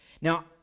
Now